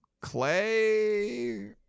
Clay